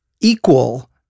equal